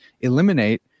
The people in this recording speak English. eliminate